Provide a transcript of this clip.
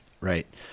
Right